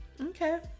Okay